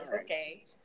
Okay